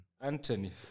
Anthony